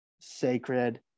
sacred